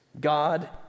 God